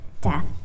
death